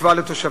ותקווה לתושביה.